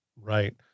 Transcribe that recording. Right